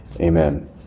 Amen